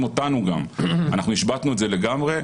אותנו גם אנחנו השבתנו את זה לגמרי.